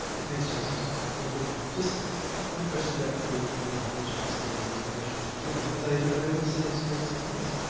thanks joseph's very good just one question about the the other manuscripts again in its relationship to them are they are they all the same small size?